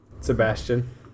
Sebastian